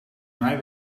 mij